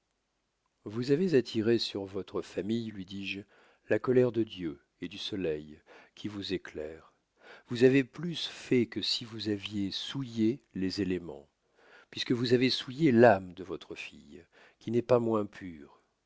vous avez attiré sur votre famille lui dis-je la colère de dieu et du soleil qui vous éclaire vous avez plus fait que si vous aviez souillé les éléments puisque vous avez souillé l'âme de votre fille qui n'est pas moins pure